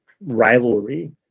rivalry